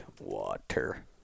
water